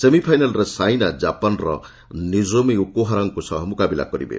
ସେମିଫାଇନାଲ୍ରେ ସାଇନା ଜାପାନର ନୋଜୋମି ଓକୁହାରାଙ୍କ ସହ ମୁକାବିଲା କରିବେ